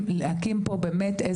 להקים פה באמת,